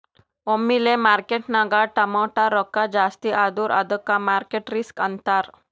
ಒಮ್ಮಿಲೆ ಮಾರ್ಕೆಟ್ನಾಗ್ ಟಮಾಟ್ಯ ರೊಕ್ಕಾ ಜಾಸ್ತಿ ಆದುರ ಅದ್ದುಕ ಮಾರ್ಕೆಟ್ ರಿಸ್ಕ್ ಅಂತಾರ್